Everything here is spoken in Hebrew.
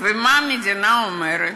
ומה המדינה אומרת: